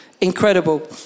incredible